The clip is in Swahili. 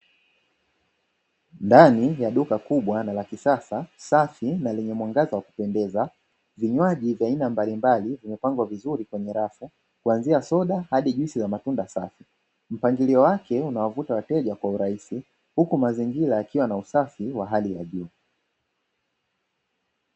Ndani ya duka kubwa na la kisasa, safi na lenye mwangaza wa kupendeza, vinywaji vya aina mbalimbali vimepangwa kwa mpangilio mzuri kwenye rafu kuanzia soda hadi juisi za matunda safi. Mpangilio wake unawavutia wateja kwa urahisi huku mazingira yakiwa na usafi wa hali ya juu.